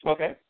Okay